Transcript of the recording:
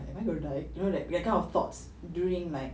am I gonna die you know like get kind of thoughts during like